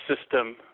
system